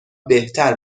بهتر